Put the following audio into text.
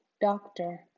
Doctor